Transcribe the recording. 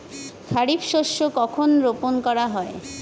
খারিফ শস্য কখন রোপন করা হয়?